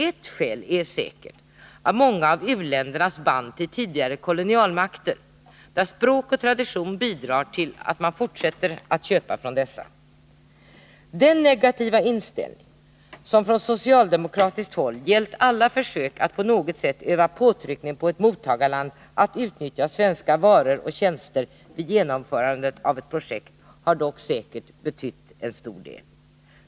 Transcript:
Ett skäl är säkert de band som många av u-länderna har till tidigare kolonialmakter, där språk och tradition bidrar till att man fortsätter att köpa från dessa. Den negativa inställning som från socialdemokratiskt håll gällt alla försök att på något sätt öva påtryckning på ett mottagarland att utnyttja svenska varor och tjänster vid genomförandet av ett projekt har dock säkert betytt en hel del.